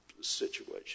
situation